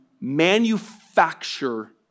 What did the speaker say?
manufacture